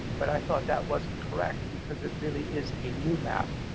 but i thought that wasn't correct because it really is a new map,